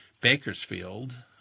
Bakersfield –